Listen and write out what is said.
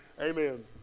Amen